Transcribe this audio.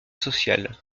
social